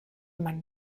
man